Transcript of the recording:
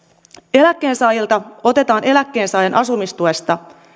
eläkkeensaajilta otetaan eläkkeensaajan asumistuesta